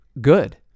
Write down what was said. Good